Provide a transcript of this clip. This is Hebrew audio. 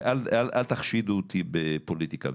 ואל תחשידו אותי בפוליטיקה,